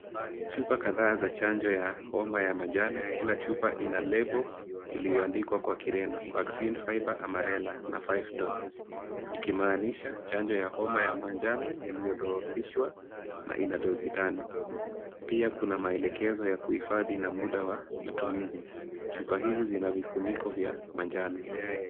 Chupa kadhaa za chanjo ya homba ya manjano kila chupa ina Lable iliyoandikwa kwa Kireno. Vaccine fiber amarela na five doses . Ikimaanisha chanjo ya homba ya manjano iliyodhoofishwa na ina dozi tano. Pia kuna maelekezo ya kuhifadhi na muda ya matumizi. Chupa hizi zinavifunikwa vya manjano.